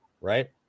right